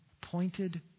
pointed